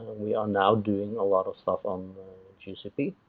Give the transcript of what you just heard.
we are now doing a lot of stuff on gcp.